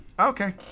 Okay